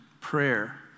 prayer